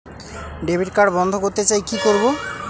Debit card বন্ধ করতে চাই কি করব?